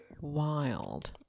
wild